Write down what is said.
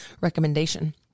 recommendation